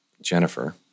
Jennifer